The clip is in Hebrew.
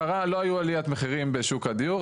קרה ולא היו עליית מחירים בשוק הדיור,